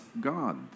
God